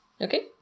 Okay